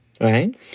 right